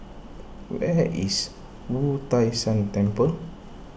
where is Wu Tai Shan Temple